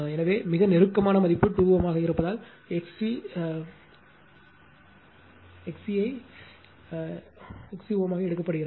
எனவே மிக நெருக்கமான மதிப்பு 2 Ω ஆக இருப்பதால் XC as ஆக எடுக்கப்படுகிறது